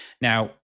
Now